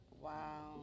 Wow